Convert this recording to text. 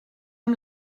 amb